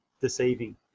deceiving